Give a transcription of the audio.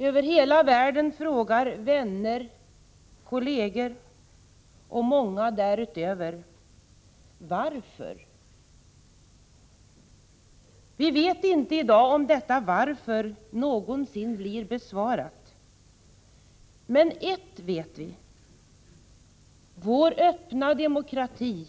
Över hela världen frågar vänner, kolleger och många därutöver: Varför? Vi vet i dag inte om detta varför någonsin blir besvarat. Men ett vet vi: Vår öppna demokrati